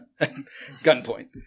gunpoint